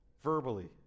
verbally